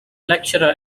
lecturer